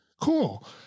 Cool